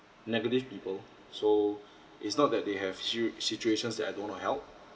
negative people so it's not that they have huge situations that I don't want to help